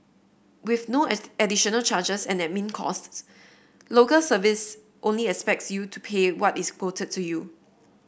with no at additional charges and admin costs local service only expects you to pay what is quoted to you